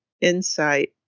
insight